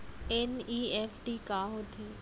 NEFT का होथे?